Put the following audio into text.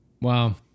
Wow